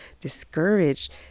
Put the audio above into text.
discouraged